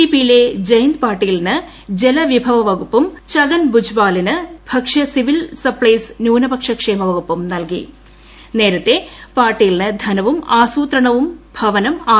ിപിയിലെ ജയന്ത് പാട്ടീലിന് ജലവിഭവ വകുപ്പും ഛഗൻ ദുജ്ബലിന് ഭക്ഷ്യ സിവിൽ സപ്ലൈസും ന്യൂനപക്ഷ ക്ഷേമ വകുപ്പും നേരത്തെ പാട്ടീലിന് ധനവും ആസൂത്രണവും ഭവനം നൽകി